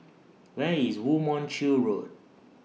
Where IS Woo Mon Chew Road